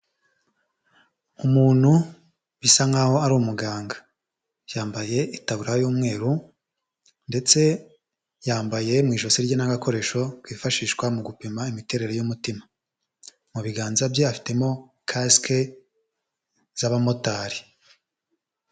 Umuntu bisa nk'aho ari umuganga, yambaye itaburiya y'umweru ndetse yambaye mu ijosi rye n'agakoresho kifashishwa mu gupima imiterere y'umutima, mu biganza bye afitemo kasike z'abamotari.